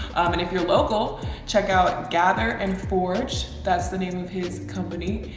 and if you're local check out, gather and forge, that's the name of his company.